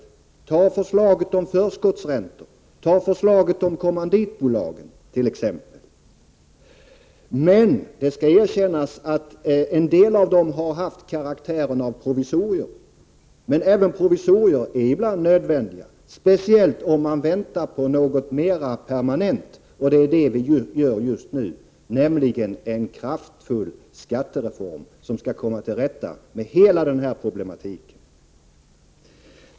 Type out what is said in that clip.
Man kan ta förslaget om förskottsräntor eller exempelvis förslaget om kommanditbolag. Men det skall erkännas att en del av förslagen har haft karaktär av provisorier, men även provisorier är ibland nödvändiga. Det gäller speciellt om man väntar på något mer permanent, vilket ju är exakt vad vi just nu gör, nämligen en kraftfull skattereform som skall komma till rätta med hela den här problematiken.